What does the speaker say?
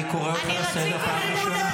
אני קורא אותך לסדר פעם ראשונה.